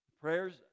prayers